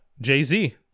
jay-z